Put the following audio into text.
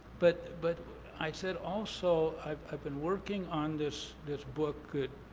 but but i said also, i've i've been working on this this book